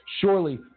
Surely